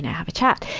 have a chat?